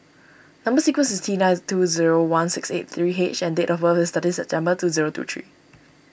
Number Sequence is T nine two zero one six eight three H and date of birth is thirteen September two zero two three